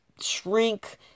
shrink